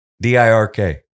d-i-r-k